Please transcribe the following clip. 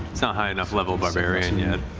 not high enough level barbarian yet.